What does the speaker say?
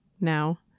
now